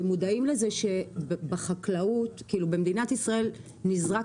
אתם מודעים לזה שבמדינת ישראל נזרק